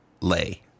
lay